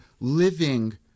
living